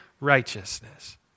righteousness